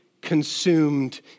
consumed